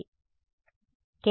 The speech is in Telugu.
విద్యార్థి ఎయిర్క్రాఫ్ట్